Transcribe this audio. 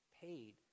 paid